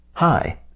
Hi